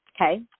Okay